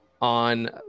on